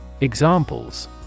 Examples